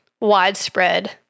widespread